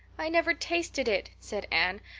i never tasted it, said anne.